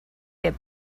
get